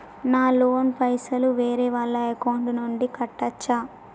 నా లోన్ పైసలు వేరే వాళ్ల అకౌంట్ నుండి కట్టచ్చా?